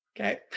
okay